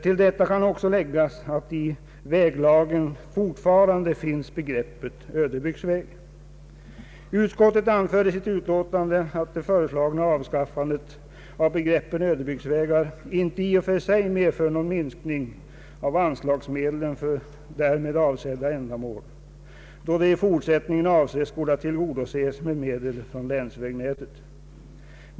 Till detta kan också anföras, att i väglagen fortfarande finns begreppet ödebygdsväg. Utskottet anför i utlåtandet, att det föreslagna avskaffandet av begreppet ödebygdsvägar inte i och för sig medför någon minskning av anslagsmedlen för därmed avsedda ändamål, då de i fortsättningen avses skola tillgodoses med medel från länsvägsanslaget.